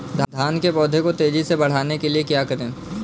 धान के पौधे को तेजी से बढ़ाने के लिए क्या करें?